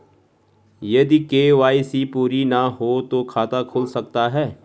यदि के.वाई.सी पूरी ना हो तो खाता खुल सकता है?